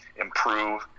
improve